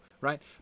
right